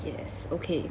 yes okay